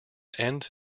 end